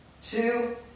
two